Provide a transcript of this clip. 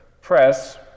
Press